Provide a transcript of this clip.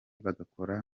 bagakora